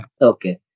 Okay